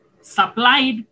supplied